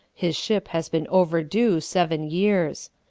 his ship has been overdue seven years.